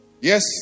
Yes